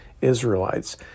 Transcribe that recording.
Israelites